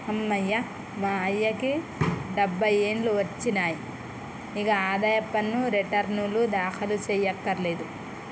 అమ్మయ్య మా అయ్యకి డబ్బై ఏండ్లు ఒచ్చినాయి, ఇగ ఆదాయ పన్ను రెటర్నులు దాఖలు సెయ్యకర్లేదు